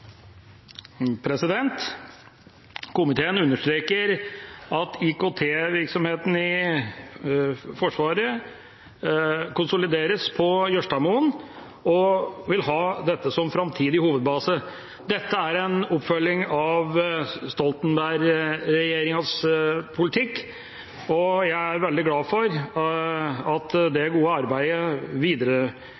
Komiteen understreker at IKT-virksomheten i Forsvaret konsolideres på Jørstadmoen, og vil ha dette som framtidig hovedbase. Dette er en oppfølging av Stoltenberg-regjeringas politikk, og jeg er veldig glad for at det